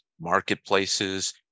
marketplaces